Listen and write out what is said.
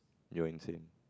you are insane